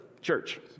church